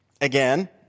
again